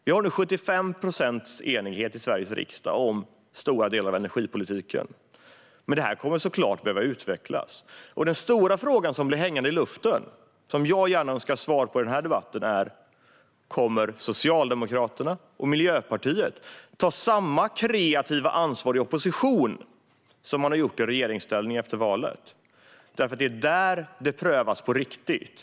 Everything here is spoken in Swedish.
Vi har nu 75 procents enighet i Sveriges riksdag om stora delar av energipolitiken. Men detta kommer såklart att behöva utvecklas. Den stora frågan, som blivit hängande i luften men som jag gärna önskar få svar på i den här debatten, är: Kommer Socialdemokraterna och Miljöpartiet att ta samma kreativa ansvar i opposition efter valet som man har gjort i regeringsställning? Det är ju där det prövas på riktigt.